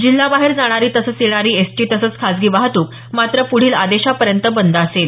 जिल्हाबाहेर जाणारी तसंच येणारी एसटी तसंच खासगी वाहतुक मात्र पुढील आदेशापर्यंत बंद असेल